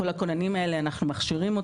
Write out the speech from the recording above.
את כל הכוננים האלה אנחנו מכשירים,